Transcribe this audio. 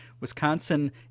Wisconsin